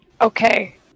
Okay